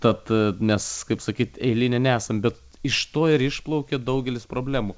tad nes kaip sakyt eiliniai nesam bet iš to ir išplaukia daugelis problemų